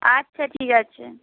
আচ্ছা ঠিক আছে